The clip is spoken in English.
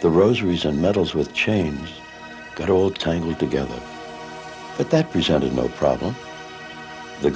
the rosaries and medals with chains got old tiny together but that presented no problem the